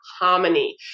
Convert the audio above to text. harmony